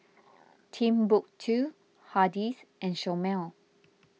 Timbuk two Hardy's and Chomel